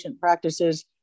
practices